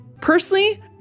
Personally